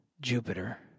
Jupiter